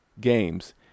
games